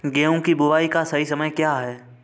गेहूँ की बुआई का सही समय क्या है?